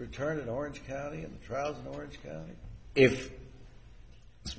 retarded orange or if it's